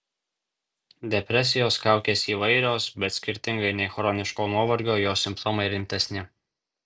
depresijos kaukės įvairios bet skirtingai nei chroniško nuovargio jos simptomai rimtesni